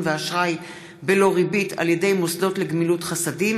באשראי בלא ריבית על ידי מוסדות לגמילות חסדים,